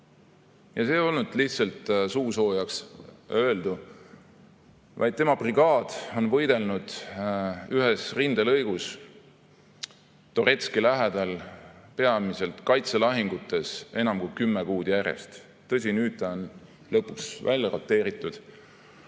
Ja see polnud lihtsalt suusoojaks öeldu, vaid tema brigaad on võidelnud ühes rindelõigus Donetski lähedal peamiselt kaitselahingutes enam kui kümme kuud järjest. Tõsi, nüüd ta on lõpuks välja roteeritud.